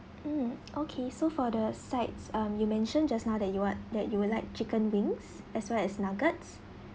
mm okay so for the sides um you mentioned just now that you want that you would like chicken wings as well as nuggets